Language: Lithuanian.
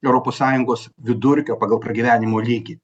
europos sąjungos vidurkio pagal pragyvenimo lygį